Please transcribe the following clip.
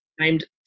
named